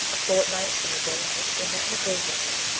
a fortnight from the day on which they met in the grave-yard,